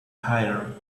higher